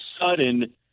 sudden